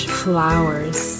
flowers